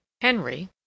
Henry